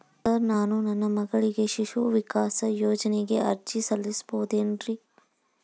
Sir ನಾನು ನನ್ನ ಮಗಳಿಗೆ ಶಿಶು ವಿಕಾಸ್ ಯೋಜನೆಗೆ ಅರ್ಜಿ ಸಲ್ಲಿಸಬಹುದೇನ್ರಿ?